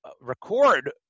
record